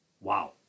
Wow